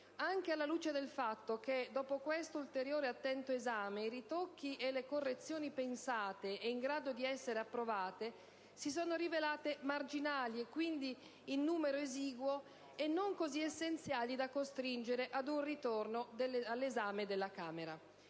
anche alla luce del fatto che, dopo questo ulteriore attento esame, i ritocchi e le correzioni pensati e in grado di essere approvati si sono rivelati marginali, quindi in numero esiguo e non così essenziali da costringere ad un ritorno all'esame della Camera.